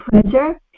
pleasure